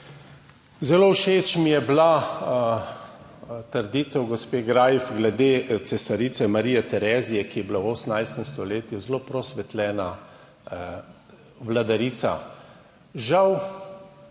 Zelo všeč mi je bila trditev gospe Greif glede cesarice Marije Terezije, ki je bila v 18. stoletju zelo prosvetljena vladarica. Žal